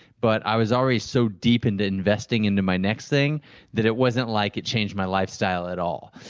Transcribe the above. but i was already so deep into investing into my next thing that it wasn't like it changed my lifestyle at all.